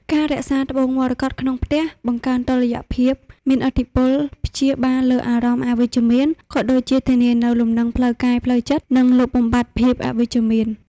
ការរក្សាត្បូងមរកតក្នុងផ្ទះ បង្កើនតុល្យភាព មានឥទ្ធិពលព្យាបាលលើអារម្មណ៍អវិជ្ជមាន ក៏ដូចជាធានានូវលំនឹងផ្លូវកាយផ្លូវចិត្ត និង លុបបំបាត់ភាពអវិជ្ជមាន។